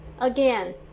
Again